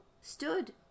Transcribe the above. stood